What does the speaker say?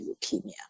leukemia